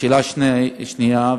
השאלה השנייה,